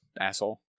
asshole